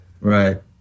Right